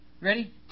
Ready